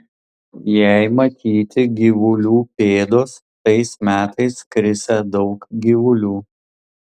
jei matyti gyvulių pėdos tais metais krisią daug gyvulių